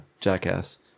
jackass